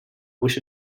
wish